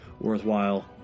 worthwhile